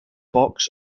box